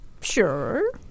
Sure